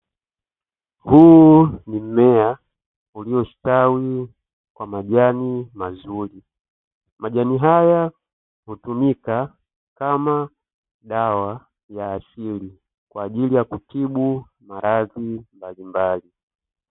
Huu ni mmea uliostawi kwa majani mazuri. Majani haya hutumika kama dawa ya asili, kwa ajili ya kutibu maradhi mbalimbali.